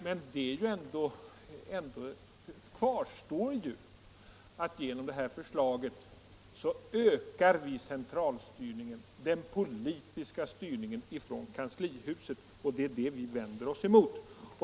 Men det kvarstår ändå att centralstyrningen, den politiska styrningen från kanslihuset, ökar, och det är det vi vänder oss emot.